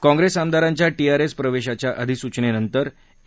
काँग्रेस आमदारांच्या टीआरएस प्रवेशाच्या अधिसुचनेनुसार ए